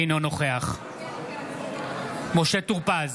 אינו נוכח משה טור פז,